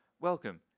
Welcome